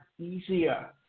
easier